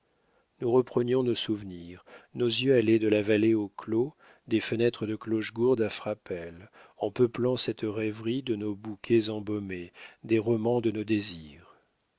nous reprenions nos souvenirs nos yeux allaient de la vallée au clos des fenêtres de clochegourde à frapesle en peuplant cette rêverie de nos bouquets embaumés des romans de nos désirs